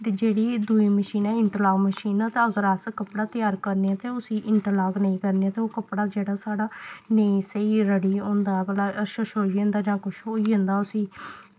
ते जेह्ड़ी दूई मशीन ऐ इंट्रलाक मशीन ते अगर अस कपड़ा त्यार करने आं ते उसी इंट्रलाक नेईं करने आं ते ओह् कपड़ा जेह्ड़ा साढ़ा नेईं स्हेई रड़ी होंदा भला शरशोई जंदा जां कुछ होई जंदा उसी